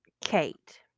Kate